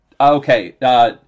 Okay